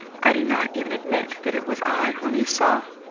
i do not even admit that it was i whom you saw.